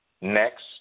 Next